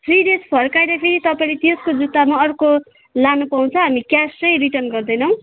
three days फर्काएर फेरि तपाईँले त्यसको जुत्तामा अर्को लानु पाउँछ हामी क्यास चाहिँ रिटर्न गर्दैनौँ